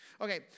Okay